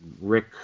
Rick